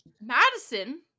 madison